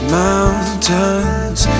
mountain's